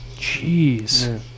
Jeez